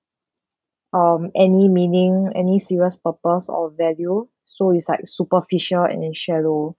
um any meaning any serious purpose or value so it's like superficial and in shadow